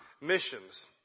missions